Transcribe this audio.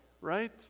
right